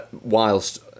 whilst